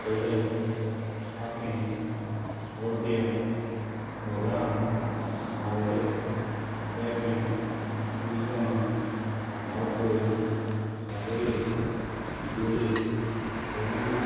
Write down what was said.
फातोडे आकें बोड्या गोंगळा सावडे केपें उसगांव वाळपय साकळे बिचोले कुळंगूट